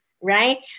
right